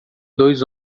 dois